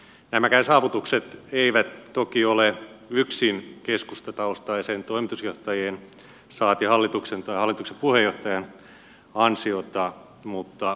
nämäkään saavutukset eivät toki ole yksin keskustataustaisten toimitusjohtajien saati hallituksen tai hallituksen puheenjohtajan ansiota mutta faktoja ne ovat